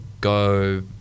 go